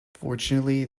fortunately